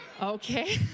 Okay